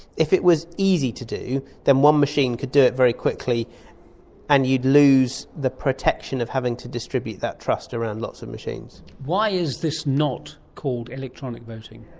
if it was easy to do then one machine could do it very quickly and you'd lose the protection of having to distribute that trust around lots of machines. why is this not called electronic voting?